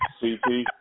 CP